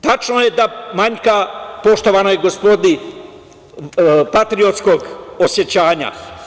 Tačno je da manjka poštovanoj gospodi patriotskog osećanja.